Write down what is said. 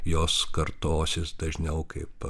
jos kartosis dažniau kaip